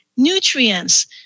Nutrients